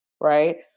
right